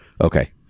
Okay